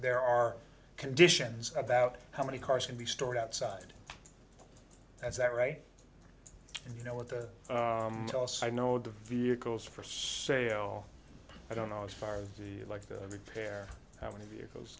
there are conditions about how many cars can be stored outside as that right and you know what that also i know the vehicles for sale i don't know if are like the repair how many vehicles